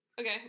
Okay